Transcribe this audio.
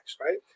right